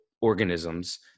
organisms